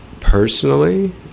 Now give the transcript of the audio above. Personally